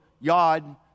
yod